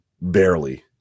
barely